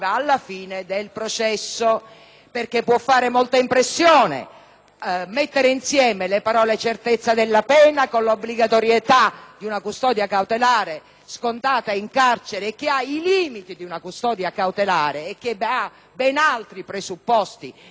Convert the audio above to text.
processo. Può fare molta impressione mettere insieme l'espressione certezza della pena con l'obbligatorietà di una custodia cautelare scontata in carcere, una misura che ha i limiti di una custodia cautelare e che ha ben altri presupposti che non una sentenza di definitiva